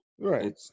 Right